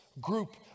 group